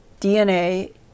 DNA